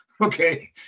Okay